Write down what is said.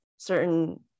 certain